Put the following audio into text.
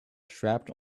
strapped